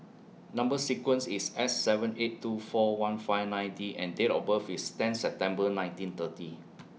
Number sequence IS S seven eight two four one five nine D and Date of birth IS ten September nineteen thirty